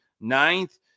ninth